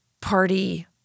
party